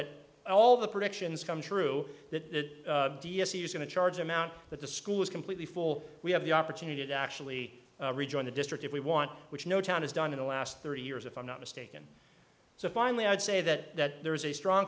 that all the predictions come true that d s e is going to charge amount but the school is completely full we have the opportunity to actually rejoin the district if we want which no town has done in the last thirty years if i'm not mistaken so finally i'd say that there is a strong